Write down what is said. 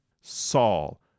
Saul